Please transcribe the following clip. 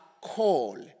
call